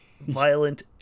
violent